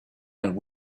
and